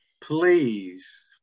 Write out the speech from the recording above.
please